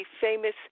famous